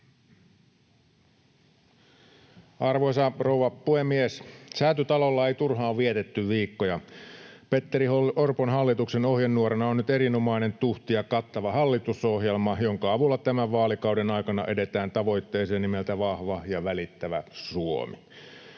Arvoisa rouva puhemies! Säätytalolla ei turhaan vietetty viikkoja. Petteri Orpon hallituksen ohjenuorana on nyt erinomainen, tuhti ja kattava hallitusohjelma, jonka avulla tämän vaalikauden aikana edetään tavoitteeseen nimeltä vahva ja välittävä Suomi.